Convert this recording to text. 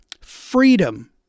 freedom